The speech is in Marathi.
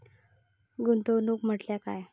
गुंतवणूक म्हटल्या काय?